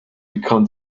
began